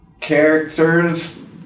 character's